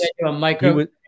micro